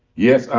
yes,